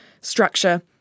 structure